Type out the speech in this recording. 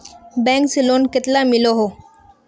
Bank से loan कतला मिलोहो?